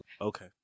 Okay